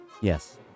Yes